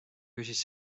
küsis